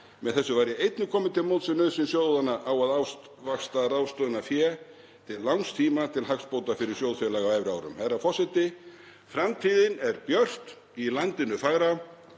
Með þessu væri einnig komið til móts við nauðsyn sjóðanna á að ávaxta ráðstöfunarfé til langs tíma til hagsbóta fyrir sjóðfélaga á efri árum. Herra forseti. Framtíðin er björt í landinu fagra.